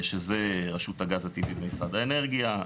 שזה רשות הגז הטבעי ומשרד האנרגיה.